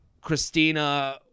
Christina